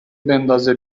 بندازه